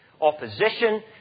opposition